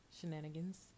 shenanigans